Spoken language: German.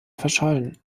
verschollen